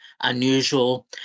unusual